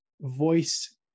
voice